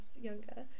younger